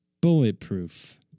Bulletproof